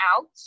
out